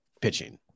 pitching